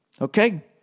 Okay